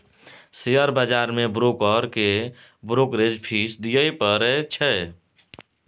share बजार मे broker केँ ब्रोकरेज फीस दियै परै छै